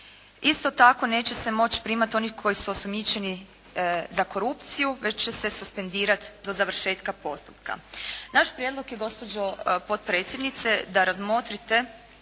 Isto tako, neće se moći primati oni koji su osumnjičeni za korupciju već će se suspendirati do završetka postupka. Naš prijedlog je gospođo potpredsjednice da razmotrite